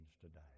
today